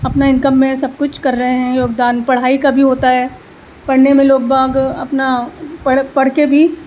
اپنا انکم میں سب کچھ کر رہے ہیں یوگدان پڑھائی کا بھی ہوتا ہے پڑھنے میں لوگ باگ اپنا پڑھ پڑھ کے بھی